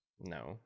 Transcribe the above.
No